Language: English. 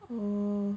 mm